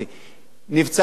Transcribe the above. אתה צודק,